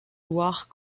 loire